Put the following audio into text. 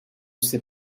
sait